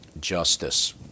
justice